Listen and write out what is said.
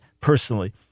personally